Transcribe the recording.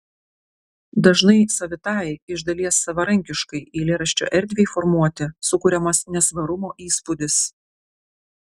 dažnai savitai iš dalies savarankiškai eilėraščio erdvei formuoti sukuriamas nesvarumo įspūdis